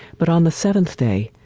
but on the seventh day,